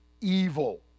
evil